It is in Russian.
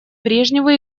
брежневу